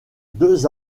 deux